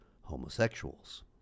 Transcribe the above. homosexuals